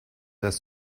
das